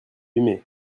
aimé